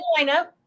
lineup